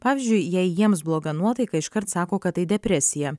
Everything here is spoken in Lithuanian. pavyzdžiui jei jiems bloga nuotaika iškart sako kad tai depresija